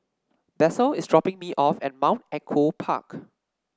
Bethel is dropping me off at Mount Echo Park